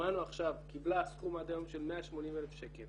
שמענו עכשיו, קיבלה סכום עד היום של 180,000 שקל